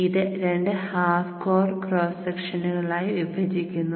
ഇത് രണ്ട് half core cross സെക്ഷനുകളായി വിഭജിക്കുന്നു